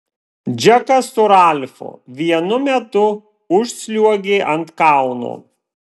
džekas su ralfu vienu metu užsliuogė ant kalno